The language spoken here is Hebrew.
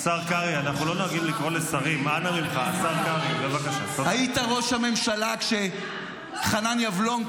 מה אתה עשית כשהיית ראש הממשלה חוץ מלהיכנע לחיזבאללה?